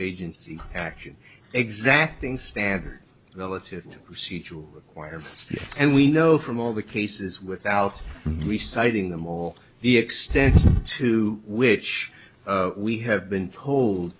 agency action exacting standard relative wire and we know from all the cases without reciting them all the extent to which we have been told